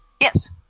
Yes